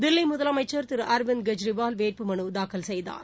தில்லி முதலமைச்சர் திரு அரவிந்த் கெஜ்ரிவால் வேட்புமனு தாக்கல் செய்தார்